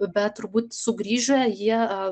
bet turbūt sugrįžę jie